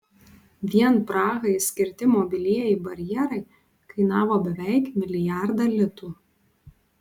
vien prahai skirti mobilieji barjerai kainavo beveik milijardą litų